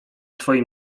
twoim